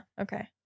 Okay